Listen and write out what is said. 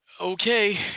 Okay